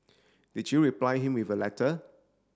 did you reply him with a letter